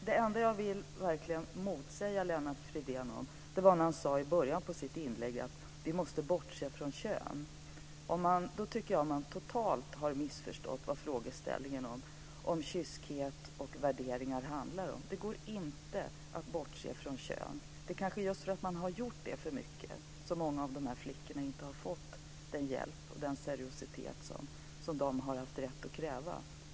Den enda punkt där jag verkligen vill gå emot det som Lennart Fridén framhållit gällde det som han i början av sitt inlägg sade om att vi måste bortse från kön. Jag tycker att det visar att man totalt har missförstått vad frågeställningen om kyskhet och värderingar handlar om. Det går inte att bortse från kön. Det är kanske just därför att man för mycket har gjort det som många av de här flickorna inte har mötts med den hjälp och den seriositet som de har rätt att kräva.